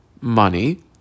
money